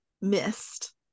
missed